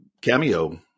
cameo